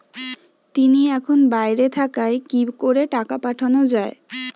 তিনি এখন বাইরে থাকায় কি করে টাকা পাঠানো য়ায়?